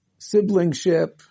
siblingship